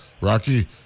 Rocky